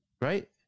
right